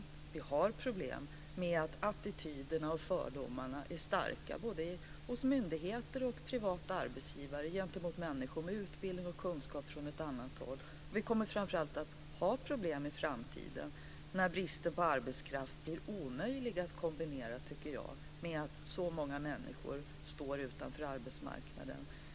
Vi har problem med att attityderna och fördomarna är starka, både hos myndigheter och hos privata arbetsgivare, gentemot människor med utbildning och kunskap från annat håll. Vi kommer framför allt att ha problem i framtiden när bristen på arbetskraft blir omöjlig att kombinera med att så många människor står utanför arbetsmarknaden.